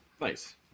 nice